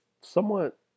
somewhat